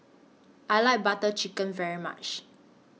I like Butter Chicken very much